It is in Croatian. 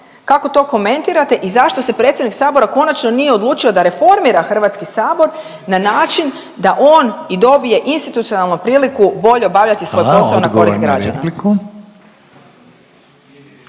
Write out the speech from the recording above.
Kako to komentirate i zašto se predsjednik Sabora konačno nije odlučio da reformira HS na način da on i dobije i institucionalnu priliku bolje obavljati svoj posao … .../Upadica: